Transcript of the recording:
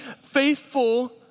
faithful